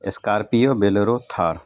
scorpio bolero Thar